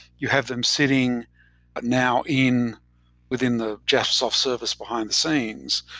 you have them sitting now in within the jaspersoft service behind the scenes.